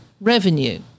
revenue